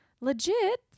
legit